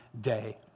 day